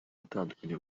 gutandukanya